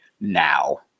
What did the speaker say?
now